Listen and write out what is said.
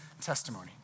testimony